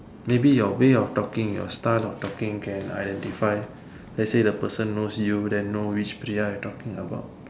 maybe your way of talking style your style of talking can identify let's say the person knows you then know which Priya you talking about